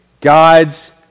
God's